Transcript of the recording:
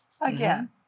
Again